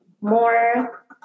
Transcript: more